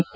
F